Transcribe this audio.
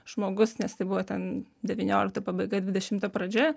žmogus nes tai buvo ten devyniolikto pabaiga dvidešimto pradžia